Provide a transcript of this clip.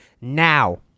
Now